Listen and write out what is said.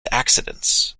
accidents